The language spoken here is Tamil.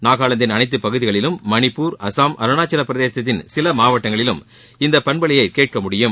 நாகாலாந்தின் அனைத்து பகுதிகளிலும் மணிப்பூர் அசாம் அருணாச்சலப் பிரதேசத்தின் சில மாவட்டங்களிலும் இந்த பண்பலையை கேட்க முடியும்